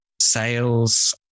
sales